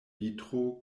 vitro